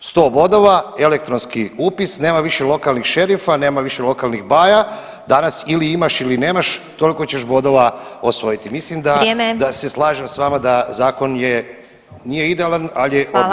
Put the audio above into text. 100 bodova, elektronski upis, nema više lokalnih šerifa, nema više lokalnih baja, danas ili imaš ili nemaš toliko ćeš bodova osvojiti [[Upadica Glasovac: Vrijeme.]] Mislim da se slažem s vama da zakon je nije idealan, ali je odličan.